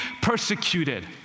persecuted